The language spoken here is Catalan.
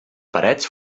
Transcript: parets